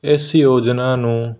ਇਸ ਯੋਜਨਾ ਨੂੰ